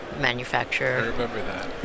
manufacturer